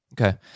okay